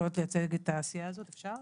יכולות לייצג את העשייה הזאת, אפשר